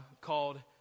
called